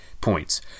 points